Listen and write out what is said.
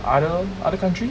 other other country